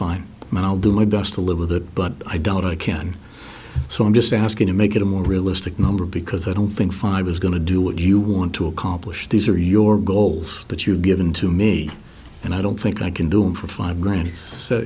fine i'll do my best to live with it but i doubt i can so i'm just asking to make it a more realistic number because i don't think five is going to do what you want to accomplish these are your goals that you've given to me and i don't think i can do them for five gran